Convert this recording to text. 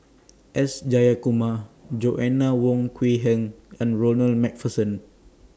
S Jayakumar Joanna Wong Quee Heng and Ronald MacPherson